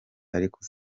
ariko